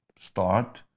start